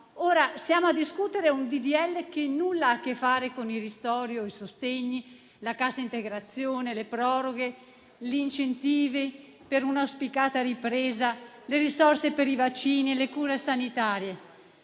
ora siamo a discutere un disegno di legge che nulla ha a che fare con i ristori o i sostegni, con la cassa integrazione, le proroghe, gli incentivi per una auspicata ripresa, le risorse per i vaccini, le cure sanitarie.